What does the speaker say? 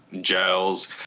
gels